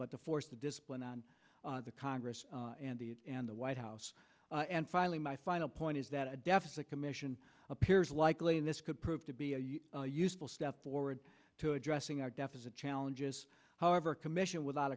but to force the discipline on the congress and the white house and finally my final point is that a deficit commission appears likely and this could prove to be a useful step forward to addressing our deficit challenges however commission without